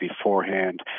beforehand